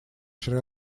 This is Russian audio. шри